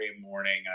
morning